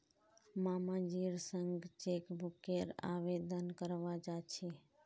मामाजीर संग चेकबुकेर आवेदन करवा जा छि